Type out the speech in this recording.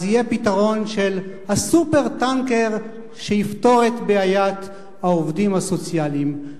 יהיה פתרון של "הסופר-טנקר שיפתור את בעיית העובדים הסוציאליים".